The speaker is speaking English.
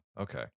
okay